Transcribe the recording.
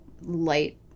light